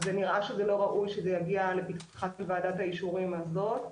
אז נראה שזה לא ראוי שזה יגיע לפתחה של ועדת האישורים הזאת.